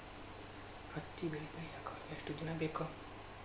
ಹತ್ತಿ ಬೆಳಿ ಬೆಳಿಯಾಕ್ ಎಷ್ಟ ದಿನ ಬೇಕ್?